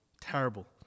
terrible